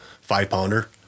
five-pounder